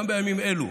גם בימים אלו,